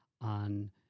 on